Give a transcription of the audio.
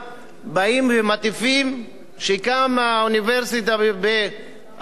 באים ומטיפים שקמה האוניברסיטה באריאל?